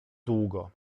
długo